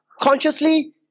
consciously